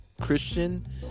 Christian